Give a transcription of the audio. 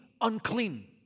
unclean